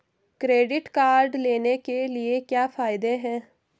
Credit card लेने के क्या फायदे हैं?